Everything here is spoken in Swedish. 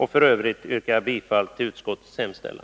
F. ö. yrkar jag bifall till utskottets hemställan.